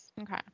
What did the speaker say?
okay